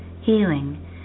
healing